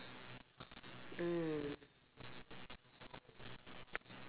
mm